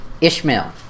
Ishmael